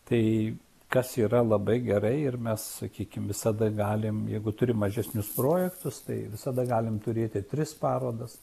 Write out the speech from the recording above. tai kas yra labai gerai ir mes sakykim visada galim jeigu turim mažesnius projektus tai visada galim turėti tris parodas